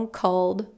called